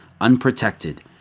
unprotected